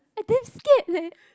I damn scared leh